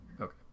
Okay